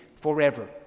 forever